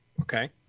Okay